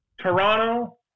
Toronto